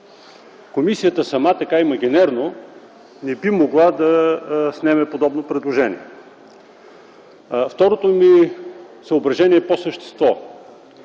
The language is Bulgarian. Комисията сама, така имагинерно, не би могла да снеме подобно предложение. Второто ми съображение е по същество.